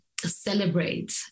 celebrate